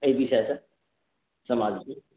एहि विषयसँ समाजकेँ